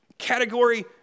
category